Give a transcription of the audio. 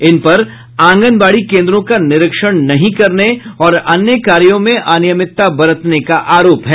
इन पर आंगनबाड़ी केंद्रों का निरीक्षण नहीं करने और अन्य कार्यों में अनियमितता बरतने का आरोप है